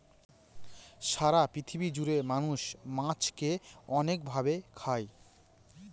সারা পৃথিবী জুড়ে মানুষ মাছকে অনেক ভাবে খায়